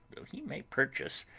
though he may purchase,